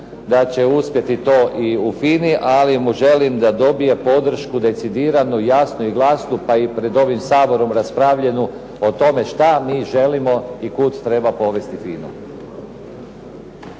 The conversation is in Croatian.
da će uspjeti to i u "FINI", ali mu želim da dobije podršku decidiranu, jasnu i glasnu pa i pred ovim Saborom raspravljenu o tome što mi želimo i kud treba povesti "FINU".